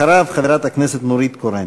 אחריו, חברת הכנסת נורית קורן.